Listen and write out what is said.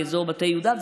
באזור מטה יהודה,